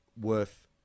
worth